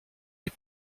les